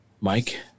Mike